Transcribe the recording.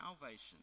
salvation